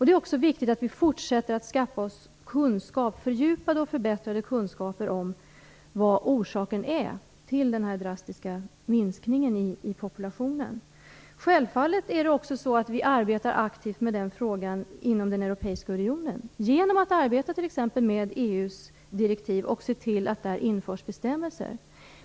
Det är också viktigt att vi fortsätter att skaffa oss fördjupade och förbättrade kunskaper om orsaken till den här drastiska minskningen i populationen. Självfallet fortsätter vi också att arbeta aktivt med den frågan inom Europeiska unionen genom att arbeta med t.ex. EU:s direktiv och se till att där införs bestämmelser.